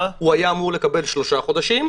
הוא היה אמור לקבל שלושה חודשים.